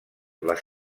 les